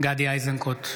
גדי איזנקוט,